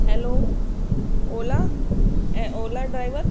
hello ola ola driver